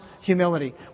humility